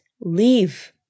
leave